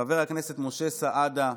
חבר הכנסת משה סעדה,